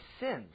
sins